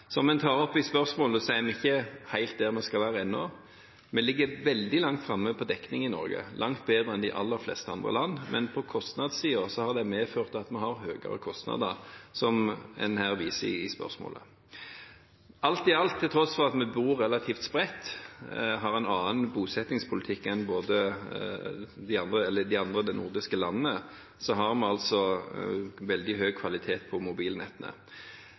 Som representanten tar opp i spørsmålet, er vi ikke helt der vi skal være ennå. Vi ligger veldig langt framme på dekning i Norge, langt bedre enn de aller fleste andre land, men på kostnadssiden har det medført at vi har høyere kostnader, som en her viser i spørsmålet. Alt i alt: Til tross for at vi bor relativt spredt og har en annen bosettingspolitikk enn de andre nordiske landene, har vi veldig høy kvalitet på mobilnettene.